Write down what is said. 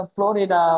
Florida